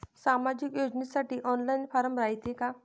सामाजिक योजनेसाठी online form रायते का?